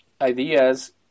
ideas